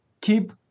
keep